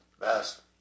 best